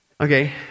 Okay